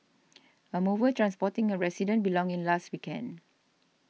a mover transporting a resident belongings last weekend